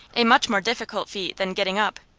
a much more difficult feat than getting up.